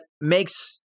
makes